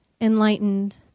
enlightened